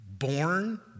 Born